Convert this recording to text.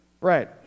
Right